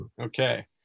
Okay